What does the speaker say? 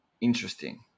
interesting